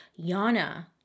Yana